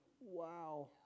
wow